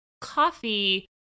coffee